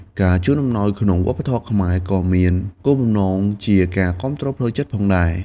ការជូនអំណោយក្នុងវប្បធម៌ខ្មែរ ក៏មានគោលបំណងជាការគាំទ្រផ្លូវចិត្តផងដែរ។